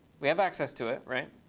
we have access to it.